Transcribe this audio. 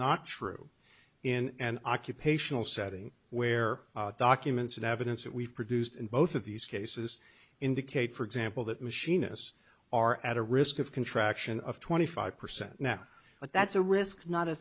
not true and occupational setting where documents and evidence that we've produced in both of these cases indicate for example that machinist's are at a risk of contraction of twenty five percent now but that's a risk not a